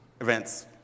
events